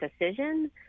decision